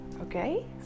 okay